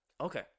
Okay